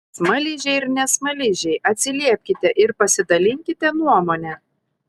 smaližiai ir ne smaližiai atsiliepkite ir pasidalinkite nuomone